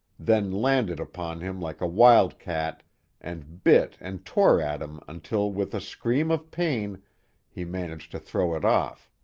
then landed upon him like a wildcat and bit and tore at him until with a scream of pain he managed to throw it off.